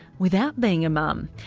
without being a mum.